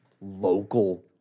local